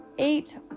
Eight